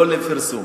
לא לפרסום.